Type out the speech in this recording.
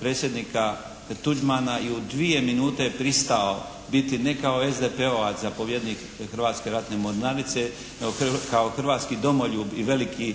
predsjednika Tuđmana i u dvije minute je pristao biti ne kao SDP-ovac zapovjednik Hrvatske ratne mornarice nego kao hrvatski domoljub i veliki